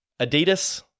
Adidas